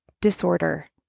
disorder